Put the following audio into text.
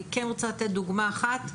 אני כן רוצה לתת דוגמה אחת.